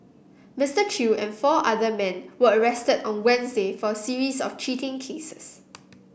Mister Chew and four other men were arrested on Wednesday for a series of cheating cases